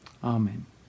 Amen